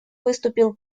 выступил